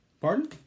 pardon